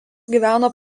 gyveno